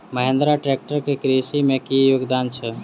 Mahindra tractor केँ कृषि मे की योगदान छै?